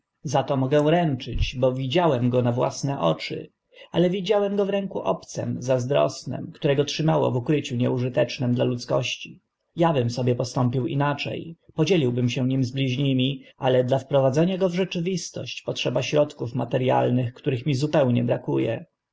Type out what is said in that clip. za to mogę ręczyć bo widziałem go na własne oczy ale go widziałem w ręku obcym zazdrosnym które go trzymało w ukryciu nieużytecznym dla ludzkości ja bym sobie postąpił inacze podzieliłbym się nim z bliźnimi ale dla wprowadzenia go w rzeczywistość potrzeba środków materialnych których mi zupełnie braku